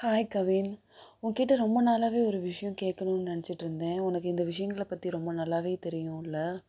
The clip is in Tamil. ஹாய் கவின் உன்கிட்டே ரொம்ப நாளாகவே ஒரு விஷயம் கேக்கணும்னு நெனச்சிட்டு இருந்தேன் உனக்கு இந்த விஷயங்கள பற்றி ரொம்ப நல்லாவே தெரியும்ல